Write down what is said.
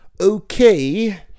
Okay